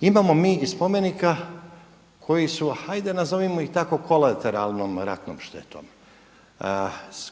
imamo mi i spomenika koji su ajde nazovimo ih tako kolateralnom ratnom štetom